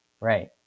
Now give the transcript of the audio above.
Right